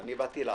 אני באתי לעזור.